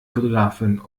fotografin